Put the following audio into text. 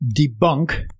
debunk